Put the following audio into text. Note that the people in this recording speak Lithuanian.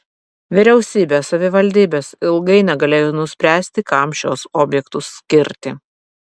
vyriausybė savivaldybės ilgai negalėjo nuspręsti kam šiuos objektus skirti